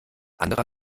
anderer